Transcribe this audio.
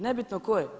Nebitno tko je.